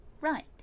Right